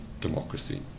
democracy